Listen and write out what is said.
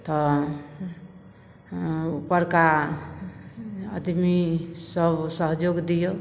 तऽ उपरका एतबी सभ सहयोग दिऔ